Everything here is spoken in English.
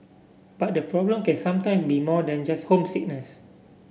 but the problem can sometimes be more than just homesickness